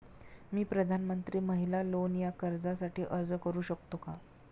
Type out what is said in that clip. मी प्रधानमंत्री महिला लोन या कर्जासाठी अर्ज करू शकतो का?